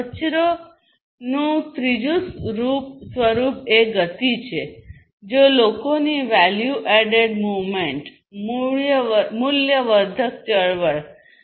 કચરોનું ત્રીજું રૂપ એ ગતિ છે જે લોકોની વૅલ્યુ અડ્ડેડ મૂવમેન્ટ મૂલ્ય વર્ધક ચળવળ છે